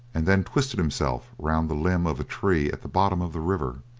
and then twisted himself round the limb of a tree at the bottom of the river.